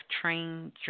trained